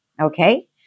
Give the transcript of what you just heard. Okay